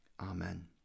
Amen